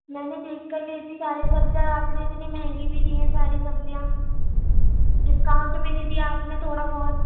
میں نے دیکھ کر لی تھی ساری سبزیاں اور آپ نے اتنی مہنگی بھی دی ہیں ساری سبزیاں ڈسکاؤنٹ بھی نہیں دیا آپ نے تھوڑا بہت